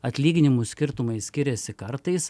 atlyginimų skirtumai skiriasi kartais